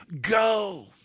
go